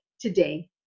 today